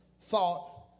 thought